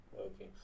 okay